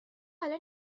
حالا